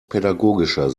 pädagogischer